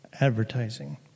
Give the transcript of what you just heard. advertising